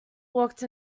walked